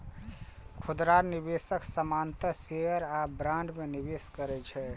खुदरा निवेशक सामान्यतः शेयर आ बॉन्ड मे निवेश करै छै